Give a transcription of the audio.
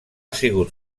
sigut